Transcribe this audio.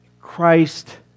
Christ